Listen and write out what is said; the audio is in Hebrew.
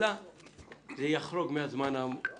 זה יחרוג מהזמן האמור וכו'.